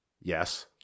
Yes